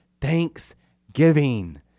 thanksgiving